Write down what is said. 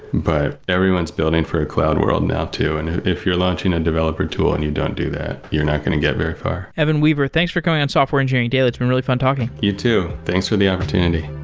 but everyone's building for a cloud world now too, and if you're launching a developer tool and you don't do that, you're not going to get very far. evan weaver, thanks for coming on software engineering daily. it's been really run talking. you too. thanks for the opportunity